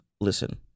Listen